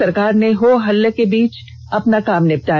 सरकार ने हो हल्ला के बीच अपना काम निपटा